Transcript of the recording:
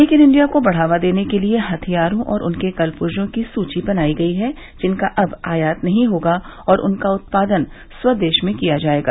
make in India को बढ़ावा देने के लिए हथियारों और उनके कलपुर्जों की सूची बनाई गई है जिनका अब आयात नहीं होगा और उनका उत्पादन स्वदेश में ही किया जाएगा